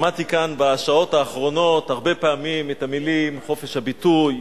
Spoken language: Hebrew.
שמעתי כאן בשעות האחרונות הרבה פעמים את המלים חופש הביטוי,